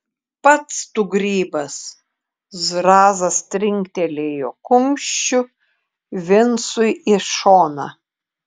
pats tu grybas zrazas trinktelėjo kumščiu vincui į šoną